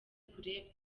kure